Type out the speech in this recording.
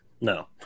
No